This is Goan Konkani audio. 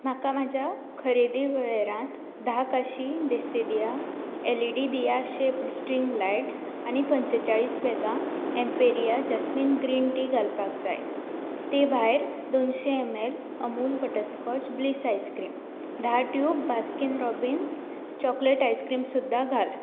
म्हाका म्हज्या खरेदी वळेरांत धा काशी Desidiya L E D diya shaped string lights आनी पंचेचाळीस बॅगां एम्पेरिया जास्मिन ग्रीन टी घालपाक जाय ते भायर दोनशे m l Amul butterscotch bliss ice cream धा tube Baskin Robbins chocolate ice cream सुद्दां घाल